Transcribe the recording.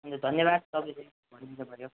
हुन्छ धन्यवाद तपाईँले भनिदिनु भयो